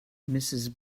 mrs